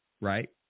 right